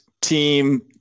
team